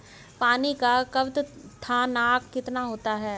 पानी का क्वथनांक कितना होता है?